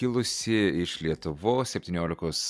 kilusi iš lietuvos septyniolikos